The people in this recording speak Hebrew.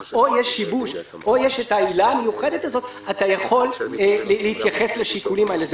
שיבוש או העילה המיוחדת הזאת אתה יכול להתייחס לשיקולים האלה.